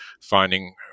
finding –